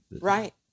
Right